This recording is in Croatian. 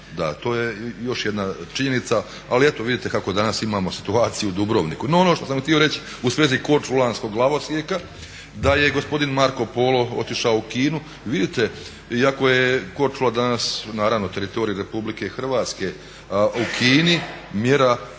Da, to je još jedna činjenica ali eto vidite kako danas imamo situaciju u Dubrovniku. No, ono što sam htio reći u svezi korčulanskog glavosijeka da je gospodin Marko Polo otišao u Kinu i vidite iako je Korčula danas naravno teritorij RH u Kini mjera